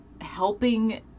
helping